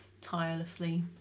tirelessly